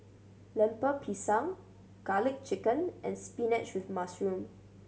Lemper Pisang Garlic Chicken and spinach with mushroom